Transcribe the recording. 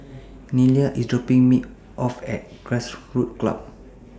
Nelia IS dropping Me off At Grassroots Club